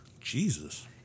Jesus